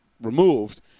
removed